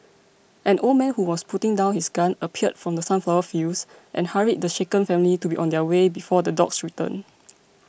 an old man who was putting down his gun appeared from the sunflower fields and hurried the shaken family to be on their way before the dogs return